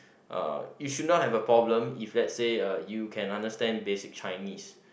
uh you should not have a problem if let's say uh you can understand basic Chinese